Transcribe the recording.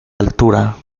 altura